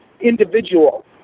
individual